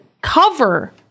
cover